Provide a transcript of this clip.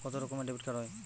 কত রকমের ডেবিটকার্ড হয়?